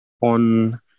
on